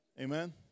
amen